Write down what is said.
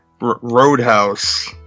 Roadhouse